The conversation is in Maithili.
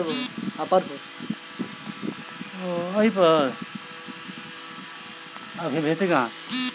खेतिहरेक बल पर सभक भोजन सामग्री प्राप्त होइत अछि